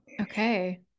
Okay